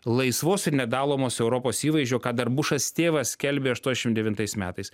laisvos ir nedalomos europos įvaizdžio ką dar bušas tėvas skelbė aštuoniasdešim devintais metais